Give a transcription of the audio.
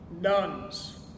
nuns